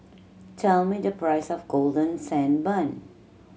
tell me the price of Golden Sand Bun